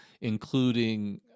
including